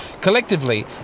Collectively